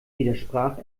widersprach